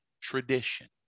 tradition